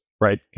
right